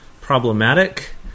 problematic